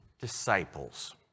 disciples